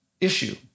issue